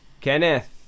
Kenneth